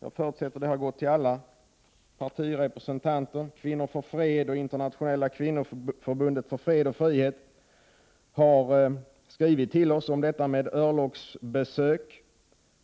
Jag förutsätter att alla partirepresentanter har fått detta brev från Kvinnor för fred och från Internationella kvinnoförbundet för fred och frihet, där man tar upp örlogsbesöken.